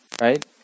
right